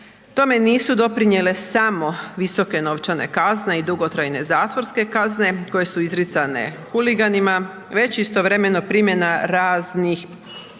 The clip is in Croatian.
Tome nisu doprinijele samo visoke novčane kazne i dugotrajne zatvorske kazne koje su izricane huliganima, već istovremeno primjena raznih preventivnih